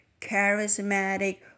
charismatic